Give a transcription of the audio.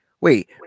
Wait